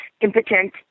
impotent